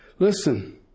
Listen